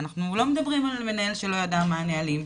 אנחנו לא מדברים על מנהל שלא ידע מה הנהלים,